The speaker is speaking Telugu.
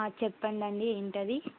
చెప్పండండి ఏంటది